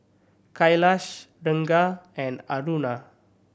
Kailash Ranga and Aruna